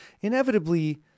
inevitably